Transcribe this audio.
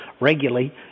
regularly